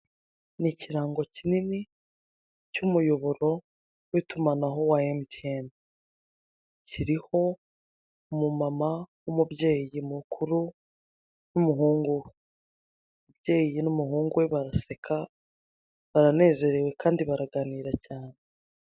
Ni kirango kinini cy'umuyoboro w'itumanaho wa mtn. Kiriho umumama w'umubyeyi mukuru n'umuhungu we. Umubyeyi n'umuhungu we baraseka baranezerewe kandi baraganira cyane.